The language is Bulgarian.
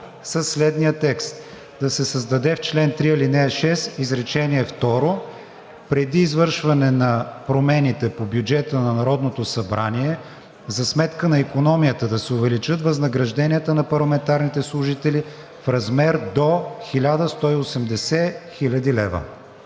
следния текст: „Да се създаде в чл. 3, ал. 6 изречение второ: „Преди извършване на промените по бюджета на Народното събрание за сметка на икономията да се увеличат възнагражденията на парламентарните служители в размер до 1 180 хил.